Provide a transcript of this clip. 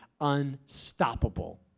unstoppable